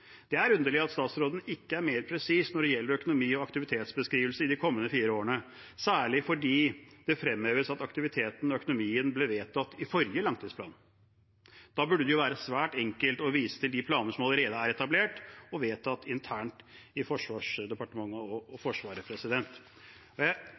Det er underlig at statsråden ikke er mer presis når det gjelder økonomi og aktivitetsbeskrivelse i de kommende fire årene, særlig fordi det fremheves at aktiviteten og økonomien ble vedtatt i forrige langtidsplan. Da burde det være svært enkelt å vise til de planene som allerede er etablert og vedtatt internt i Forsvarsdepartementet og Forsvaret. Jeg må legge til: Jeg